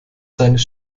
seines